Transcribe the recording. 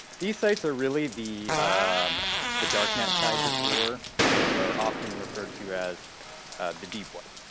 these sites are really the the darknet side to tor and are often referred to as the deepweb.